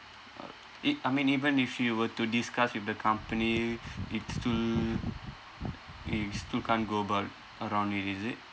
uh it I mean even she were to discuss with the company it's still it still can't go about around it is it